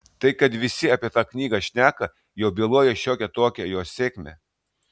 tai kad visi apie tą knygą šneka jau byloja šiokią tokią jos sėkmę